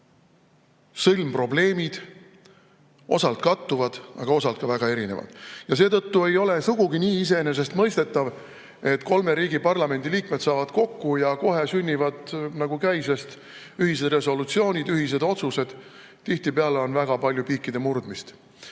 sõlmprobleemid osalt kattuvad, aga osalt on ka väga erinevad. Seetõttu ei ole sugugi nii iseenesestmõistetav, et kolme riigi parlamendiliikmed saavad kokku ja kohe sünnivad nagu käisest ühisresolutsioonid, ühised otsused. Tihtipeale on väga palju piikide murdmist